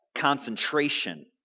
concentration